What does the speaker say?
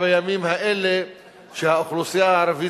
ובמקום המחזות האלה של אנשים שמותקפים ברחוב מפני שהם ערבים,